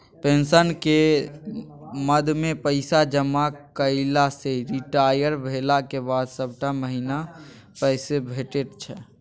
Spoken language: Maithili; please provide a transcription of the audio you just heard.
पेंशनक मदमे पैसा जमा कएला सँ रिटायर भेलाक बाद सभटा महीना पैसे भेटैत छै